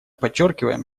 подчеркиваем